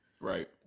right